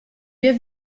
wir